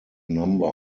number